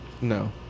No